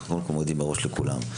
אנחנו מודים מראש לכולם.